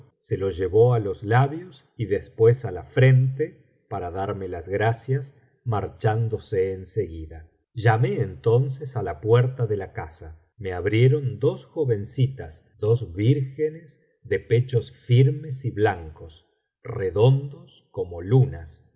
se lo llevó á los labios y después á la frente para darme las gracias marchándose en seguida llamé entonces á la puerta cíe la casa me abrieron dos jovencitasj dos vírgenes de pechos firmes y blancos redondos como lunas